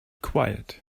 quiet